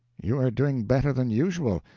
you are doing better than usual.